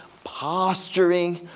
posturing,